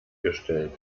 gestellt